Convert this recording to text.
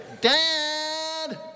dad